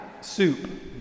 soup